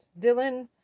Dylan